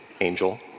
angel